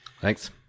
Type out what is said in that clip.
Thanks